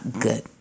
good